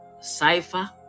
cipher